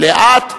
לאט,